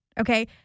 okay